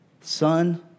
Son